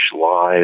lies